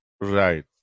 Right